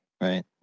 right